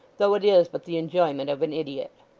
though it is but the enjoyment of an idiot.